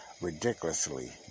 Ridiculously